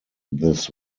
this